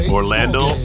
Orlando